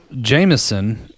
Jameson